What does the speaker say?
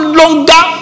longer